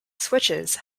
switches